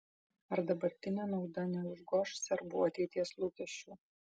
ar dabartinė nauda neužgoš serbų ateities lūkesčių